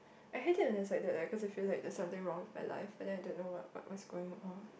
I hate it when there's like that leh cause you feel like there's something wrong with my life but I don't know what what's going on